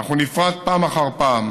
אך היא נפרצת פעם אחר פעם